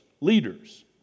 Leaders